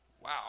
Wow